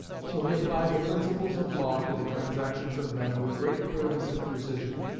so he applied the principles of law to the transactions of men with great clearness and precision.